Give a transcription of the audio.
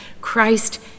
Christ